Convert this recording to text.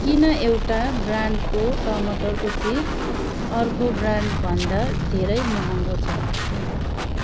किन एउटा ब्रान्डको टमाटरको चिप्स अर्को ब्रान्ड भन्दा धेरै महँगो छ